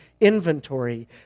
inventory